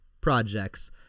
projects